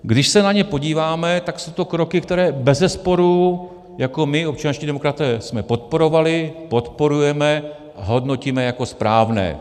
Když se na ně podíváme, tak jsou to kroky, které bezesporu my jako občanští demokraté jsme podporovali, podporujeme a hodnotíme jako správné.